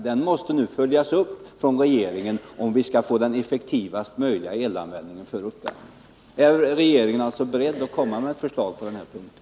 Den måste följas upp från regeringen, om vi skall få så effektiv elanvändning som möjligt avseende uppvärmning.